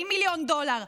40 מיליון דולר,